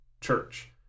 church